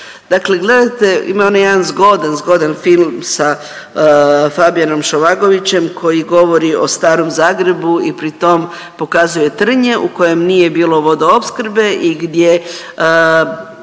dakle gledajte ima onaj jedan zgodan, zgodan film sa Fabijanom Šovagovićem koji govori o Starom Zagrebu i pri tom pokazuje Trnje u kojem nije bilo vodoopskrbe i gdje